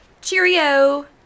Cheerio